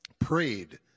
prayed